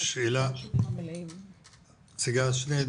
שני דברים.